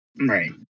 Right